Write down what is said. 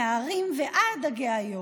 // מההרים ועד הגאיות /